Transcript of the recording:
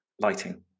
lighting